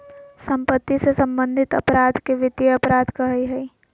सम्पत्ति से सम्बन्धित अपराध के वित्तीय अपराध कहइ हइ